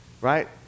right